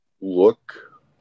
Look